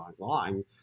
online